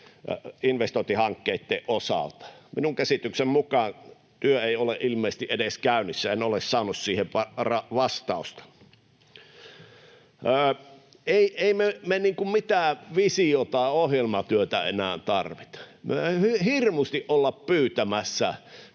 investointihankkeitten osalta? Minun käsitykseni mukaan työ ei ole ilmeisesti edes käynnissä. En ole saanut siihen vastausta. Ei me mitään visiota tai ohjelmatyötä enää tarvita. Me ei hirmusti olla pyytämässä.